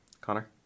Connor